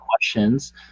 questions